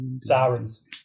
Sirens